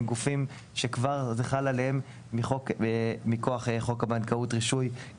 אלו גופים שזה כבר חלק עליהם כבר היום